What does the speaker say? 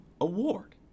award